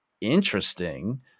interesting